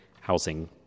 housing